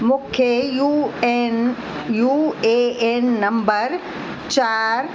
मूंखे U N U A N number चार